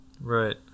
Right